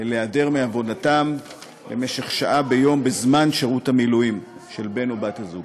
להיעדר מעבודתם למשך שעה ביום בזמן שירות המילואים של בן או בת-הזוג.